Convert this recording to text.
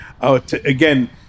Again